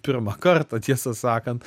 pirmą kartą tiesą sakant